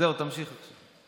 זהו, תמשיך עכשיו.